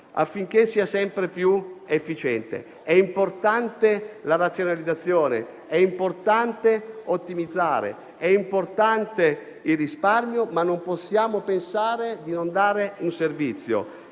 affinché sia sempre più efficiente. È importante la razionalizzazione, è importante ottimizzare, è importante il risparmio, ma non possiamo pensare di non dare un servizio.